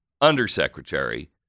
undersecretary